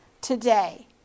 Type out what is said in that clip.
today